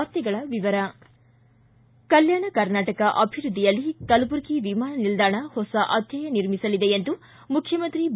ವಾರ್ತೆಗಳ ವಿವರ ಕಲ್ಕಾಣ ಕರ್ನಾಟಕ ಅಭಿವೃದ್ದಿಯಲ್ಲಿ ಕಲಬುರಗಿ ವಿಮಾನ ನಿಲ್ದಾಣ ಹೊಸ ಅಧ್ವಾಯ ನಿರ್ಮಿಸಲಿದೆ ಎಂದು ಮುಖ್ಯಮಂತ್ರಿ ಬಿ